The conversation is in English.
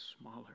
smaller